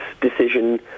decision